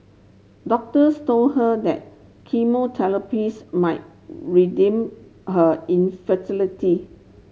doctors told her that chemotherapy might redeem her infertility